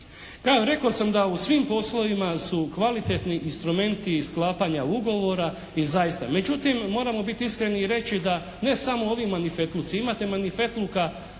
Kao rekao sam da u svim poslovima su kvalitetni instrumenti i sklapanja ugovora i zaista. Međutim moramo biti iskreni i reći da ne samo ovi manifetluci. Imate manifetluka